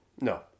No